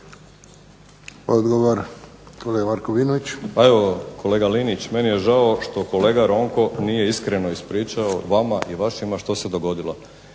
Krunoslav (HDZ)** Pa evo kolega Linić meni je žao što kolega Ronko nije iskreno ispričao vama i vašima što se dogodilo.